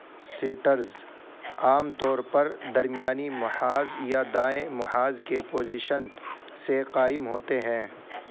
setters عام طور پر درمیانی محاذ یا دائیں محاذ کے پوجیشن سے قائم ہوتے ہیں